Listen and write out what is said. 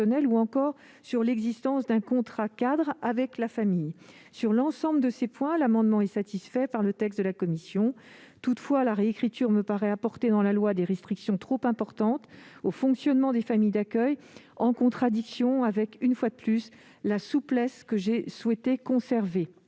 ou encore l'existence d'un contrat-cadre avec la famille. Sur l'ensemble de ces points, l'amendement est satisfait par le texte de la commission. Toutefois, la réécriture à laquelle il tend me paraît apporter des restrictions trop importantes au fonctionnement des familles d'accueil, en contradiction avec la souplesse que j'ai souhaité conserver.